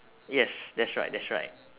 yes that's right that's right